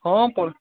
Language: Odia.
ହଁ ତ